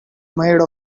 made